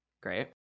Great